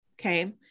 okay